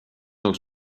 als